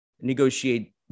negotiate